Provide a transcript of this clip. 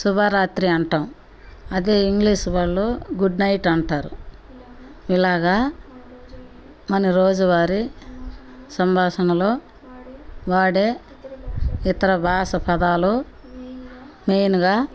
శుభరాత్రి అంటాం అదే ఇంగ్లీష్ వాళ్ళు గుడ్ నైట్ అంటారు ఇలాగ మన రోజువారి సంభాషణలో వాడే ఇతర భాష పదాలూ మెయిన్గా